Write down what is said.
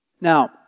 Now